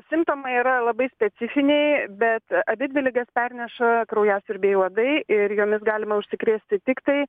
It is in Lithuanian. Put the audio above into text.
simptomai yra labai specifiniai bet abidvi ligas perneša kraujasiurbiai uodai ir jomis galima užsikrėsti tiktai